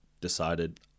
decided